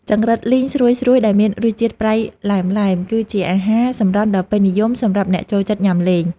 ចង្រិតលីងស្រួយៗដែលមានរសជាតិប្រៃឡែមៗគឺជាអាហារសម្រន់ដ៏ពេញនិយមសម្រាប់អ្នកចូលចិត្តញ៉ាំលេង។